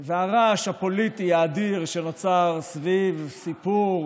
והרעש הפוליטי האדיר שנוצר סביב סיפור